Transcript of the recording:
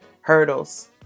hurdles